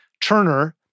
Turner